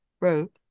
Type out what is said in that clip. wrote